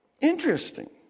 Interesting